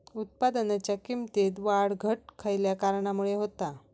उत्पादनाच्या किमतीत वाढ घट खयल्या कारणामुळे होता?